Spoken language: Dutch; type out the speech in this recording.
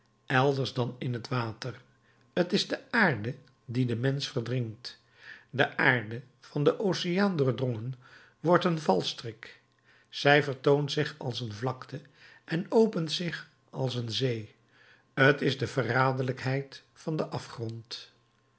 elders dan in het water t is de aarde die den mensch verdrinkt de aarde van den oceaan doordrongen wordt een valstrik zij vertoont zich als een vlakte en opent zich als een zee t is de verraderlijkheid van den afgrond